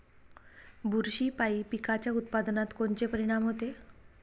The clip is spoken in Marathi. बुरशीपायी पिकाच्या उत्पादनात कोनचे परीनाम होते?